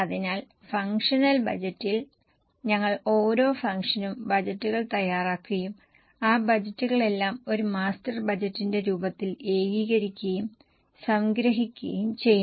അതിനാൽ ഫംഗ്ഷണൽ ബജറ്റിൽ ഞങ്ങൾ ഓരോ ഫംഗ്ഷനും ബജറ്റുകൾ തയ്യാറാക്കുകയും ആ ബജറ്റുകളെല്ലാം ഒരു മാസ്റ്റർ ബജറ്റിന്റെ രൂപത്തിൽ ഏകീകരിക്കുകയും സംഗ്രഹിക്കുകയും ചെയ്യുന്നു